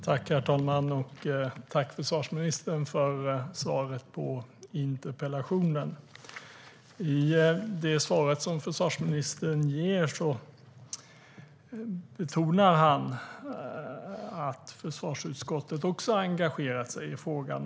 Herr talman! Tack, försvarsministern, för svaret på interpellationen! I det svar som försvarsministern ger betonar han att försvarsutskottet också har engagerat sig i frågan.